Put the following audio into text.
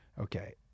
Okay